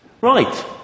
Right